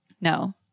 no